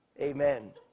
Amen